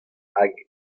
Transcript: hag